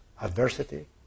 adversity